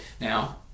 Now